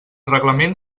reglament